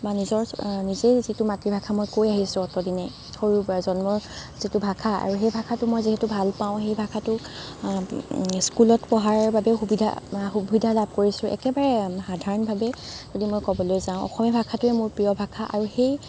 বা নিজেই যিটো মাতৃ্ভাষা মই কৈ আহিছোঁ অতদিনে সৰুৰে পৰা আৰু জন্মৰ যিটো ভাষা সেই ভাষাটো মই যিহেতু ভাল পাওঁ ভাষাটো স্কুলত পঢ়াৰ বাবে সুবিধা লাভ কৰিছোঁ একেবাৰে সাধাৰণ ভাষাত যদি মই ক'বলৈ যাওঁ অসমীয়া ভাষাটোৱেই মোৰ প্ৰিয় ভাষা আৰু সেই